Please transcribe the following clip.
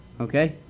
Okay